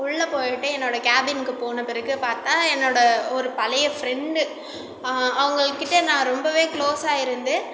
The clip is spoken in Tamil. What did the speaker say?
உள்ளே போய்ட்டு என்னோடய கேபினுக்குப் போன பிறகு பார்த்தா என்னோடய ஒரு பழைய ஃப்ரெண்டு அவங்கக்கிட்ட நான் ரொம்பவே க்ளோஸாக இருந்து